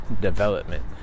development